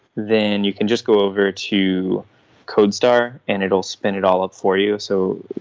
then you can just go over to codestar and it will spin it all up for you. so